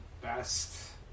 best